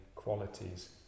qualities